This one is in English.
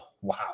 Wow